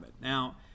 Now